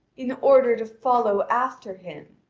in order to follow after him.